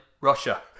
Russia